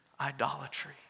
idolatry